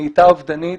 נהייתה אובדנית,